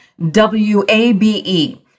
WABE